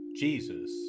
Jesus